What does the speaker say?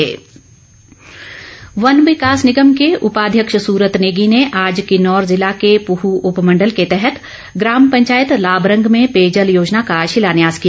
सुरत नेगी वन विकास निगम के उपाध्यक्ष सूरत नेगी ने आज किन्नौर जिला के पूह उपमण्डल के तहत ग्राम पंचायत लाबरंग में पेयजल योजना का शिलान्यास किया